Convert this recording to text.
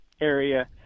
area